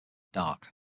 dark